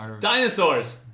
Dinosaurs